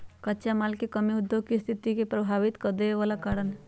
कच्चा माल के कमी उद्योग के सस्थिति के प्रभावित कदेवे बला कारण हई